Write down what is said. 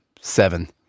seven